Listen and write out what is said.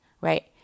right